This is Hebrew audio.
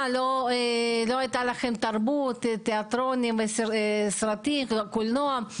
לא הייתה לכם תרבות, תיאטרון, קולנוע?